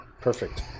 Perfect